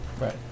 Right